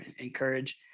encourage